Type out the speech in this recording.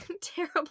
terrible